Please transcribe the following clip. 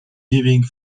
hearing